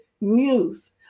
news